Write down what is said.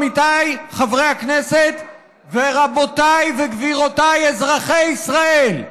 עמיתיי חברי הכנסת ורבותיי וגבירותיי אזרחי ישראל,